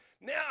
Now